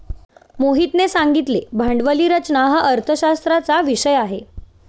मोहितने सांगितले भांडवली रचना हा अर्थशास्त्राचा विषय आहे